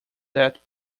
that